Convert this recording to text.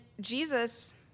Jesus